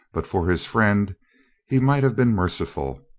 but for his friend he might have been merciful.